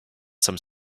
some